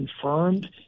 confirmed